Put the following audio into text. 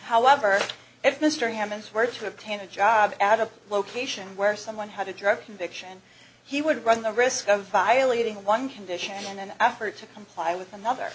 however if mr hammond's where to obtain a job at a location where someone had a drug conviction he would run the risk of violating one condition in an effort to comply with another